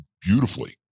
beautifully